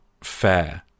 fair